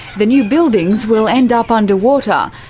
the new buildings will end up under water,